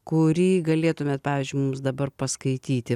kurį galėtumėt pavyzdžiui mums dabar paskaityti